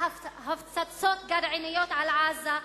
על הפצצות גרעיניות על עזה,